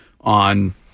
on